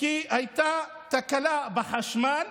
כי הייתה תקלה בחשמל.